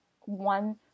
one